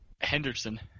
Henderson